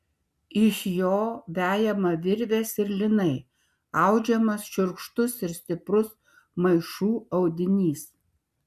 iš jo vejama virvės ir lynai audžiamas šiurkštus ir stiprus maišų audinys